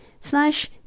slash